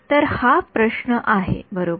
तर हा आहे बरोबर